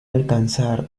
alcanzar